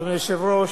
אדוני היושב-ראש,